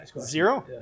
Zero